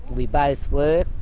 we both work,